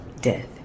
death